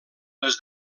les